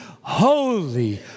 holy